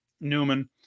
Newman